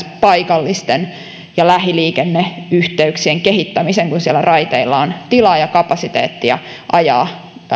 myös paikallis ja lähiliikenneyhteyksien kehittämisen kun siellä raiteilla on tilaa ja kapasiteettia ajaa